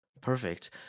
Perfect